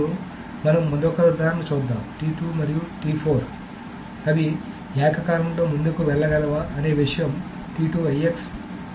మరియు మనం మరొక ఉదాహరణను చూద్దాం మరియు అవి ఏకకాలంలో ముందుకు వెళ్లగలవాఅనే విషయం IX